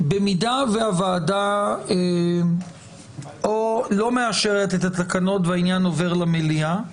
במידה שהוועדה לא מאשרת את התקנות והעניין עובר למליאה,